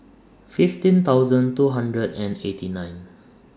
fifteen thousand two hundred and eighty nine